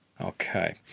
Okay